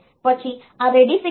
પછી આ ready signal છે